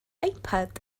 ipad